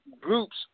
groups